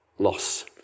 loss